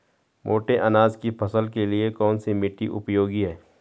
मोटे अनाज की फसल के लिए कौन सी मिट्टी उपयोगी है?